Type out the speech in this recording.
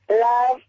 love